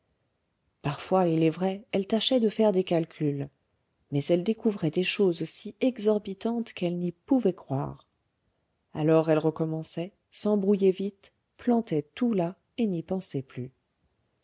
parfois il est vrai elle tâchait de faire des calculs mais elle découvrait des choses si exorbitantes qu'elle n'y pouvait croire alors elle recommençait s'embrouillait vite plantait tout là et n'y pensait plus